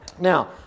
Now